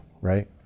right